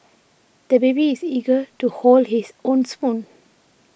the baby is eager to hold his own spoon